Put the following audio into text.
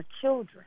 children